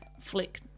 flick